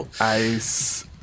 Ice